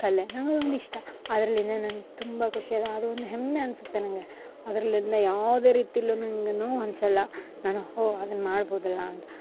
ಕಲೆ ನನ್ಗೊಂದು ಇಷ್ಟ ಅದ್ರಲ್ಲಿಂದ ನನ್ಗ ತುಂಬ ಖುಷಿ ಅದೊಂದು ಹೆಮ್ಮೆ ಅನ್ಸುತ್ತೆ ನನಗೆ ಅದ್ರಲ್ಲಿಂದ ಯಾವುದೇ ರೀತೀಲು ನನಗೆ ನೋವು ಅನ್ಸಲ್ಲ ನಾನು ಓಹ್ ಅದನ್ನ ಮಾಡ್ಬೋದಲ್ಲ ಅಂತ